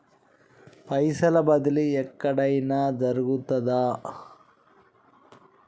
పైసల బదిలీ ఎక్కడయిన జరుగుతదా?